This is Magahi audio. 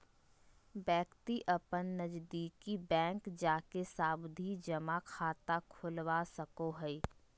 व्यक्ति अपन नजदीकी बैंक जाके सावधि जमा खाता खोलवा सको हय